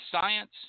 science